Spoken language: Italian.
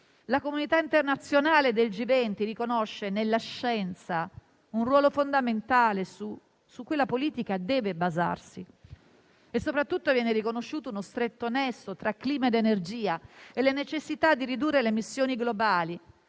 La comunità internazionale del G20 riconosce nella scienza un ruolo fondamentale su cui la politica deve basarsi e soprattutto viene riconosciuto uno stretto nesso tra clima ed energia e la necessità di ridurre le emissioni globali